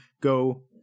go